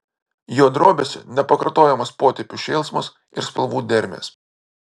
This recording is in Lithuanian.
jo drobėse nepakartojamas potėpių šėlsmas ir spalvų dermės